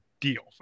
deal